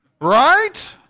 right